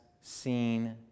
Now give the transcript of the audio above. seen